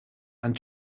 and